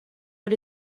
but